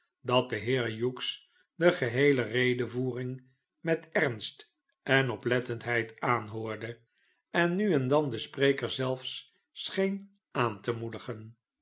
dat de heer hughes de geheele redevoering met ernst en oplettendheid aanhoorde en nu en dan den spreker zelfs scheen aan te moedigen